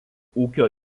ūkio